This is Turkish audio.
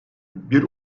bir